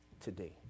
today